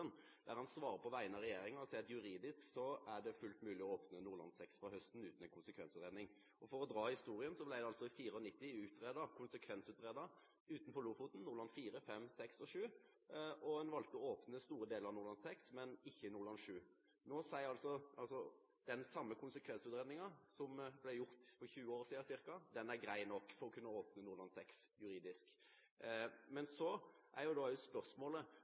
der han svarer på vegne av regjeringen og sier at juridisk er det fullt mulig å åpne Nordland VI fra høsten – uten en konsekvensutredning. For å dra historien: I 1994 ble Nordland IV, V, VI og VII utenfor Lofoten konsekvensutredet. En valgte å åpne store deler av Nordland VI, men ikke Nordland VII. Den konsekvensutredningen som ble gjort for ca. 20 år siden, er grei nok for å kunne åpne Nordland VI juridisk. Da er